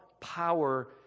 power